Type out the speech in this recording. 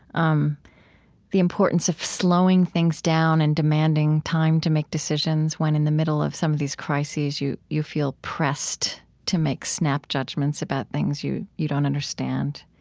um the importance of slowing things down and demanding time to make decisions when, in the middle of some of these crises, you you feel pressed to make snap judgments about things you you don't understand.